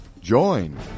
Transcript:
Join